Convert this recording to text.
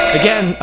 again